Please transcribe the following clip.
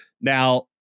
Now